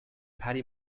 patty